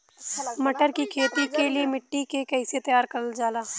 मटर की खेती के लिए मिट्टी के कैसे तैयार करल जाला?